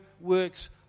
works